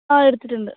ആ എടുത്തിട്ടുണ്ട്